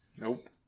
Nope